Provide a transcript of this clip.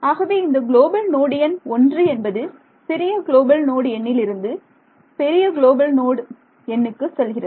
ஆகவே இந்த global node எண் ஒன்று என்பது சிறிய குளோபல் நோடு எண்ணிலிருந்து பெரிய குளோபல் நோடு எண்ணுக்கு செல்கிறது